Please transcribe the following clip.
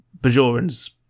Bajorans